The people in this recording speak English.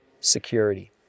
security